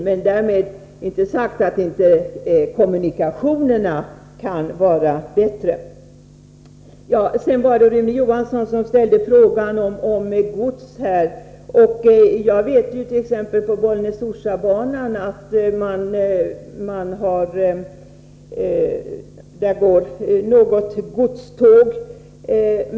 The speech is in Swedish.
Men därmed är inte sagt att inte kommunikationerna kan vara bättre. Rune Johansson ställde frågan om gods. Jag vet att det t.ex. på Bollnäs-Orsa-banan går något godståg.